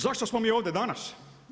Zašto smo mi ovdje danas?